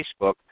Facebook